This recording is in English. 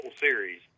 series